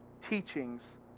teachings